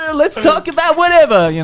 ah let's talk about whatever!